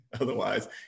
Otherwise